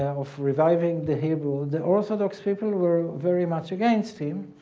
of reviving the hebrew, the orthodox people were very much against him.